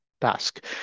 task